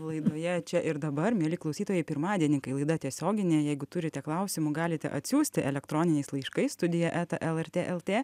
laidoje čia ir dabar mieli klausytojai pirmadienį kai laida tiesioginė jeigu turite klausimų galite atsiųsti elektroniniais laiškais studija eta lrt lt